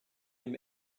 him